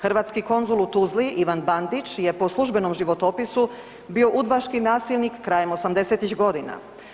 Hrvatski konzul u Tuzli Ivan Bandić je po službenom životopisu bio udbaški nasilnik krajem '80.-tih godina.